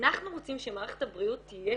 אנחנו רוצים שמערכת הבריאות תהיה